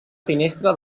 finestra